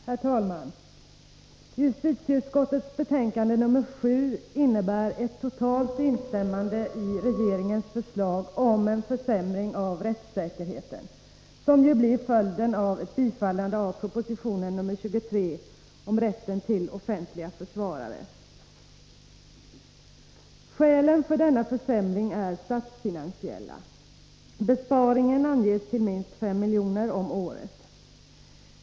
Herr talman! Justitieutskottets betänkande 7 innebär ett totalt instämmande i regeringens förslag om en försämring av rättssäkerheten, som ju blir 129 Skälen för denna försämring är statsfinansiella. Besparingen anges till minst 5 milj.kr. om året.